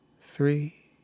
three